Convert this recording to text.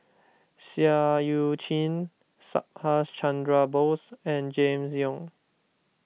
Seah Eu Chin Subhas Chandra Bose and James Yong